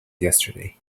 yesterday